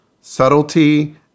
subtlety